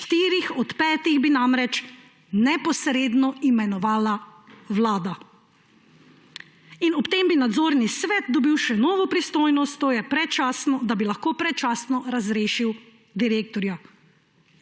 štiri od petih bi namreč neposredno imenovala vlada, ob tem bi nadzorni svet dobil še novo pristojnost, da bi lahko predčasno razrešil direktorja.